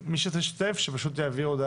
330ח.(א)עירייה רשאית להעסיק חברת גבייה לפי פרק זה,